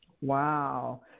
Wow